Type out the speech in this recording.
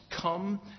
come